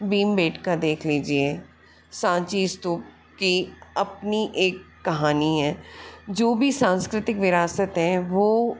भीमबेटिका देख लीजिए साँची स्तूप की अपनी एक कहानी है जो भी सांस्कृतिक विरासत है वो